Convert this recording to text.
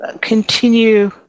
continue